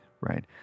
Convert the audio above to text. right